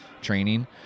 training